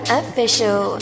official